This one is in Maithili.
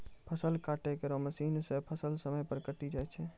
फसल काटै केरो मसीन सें फसल समय पर कटी जाय छै